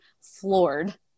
floored